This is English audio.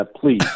please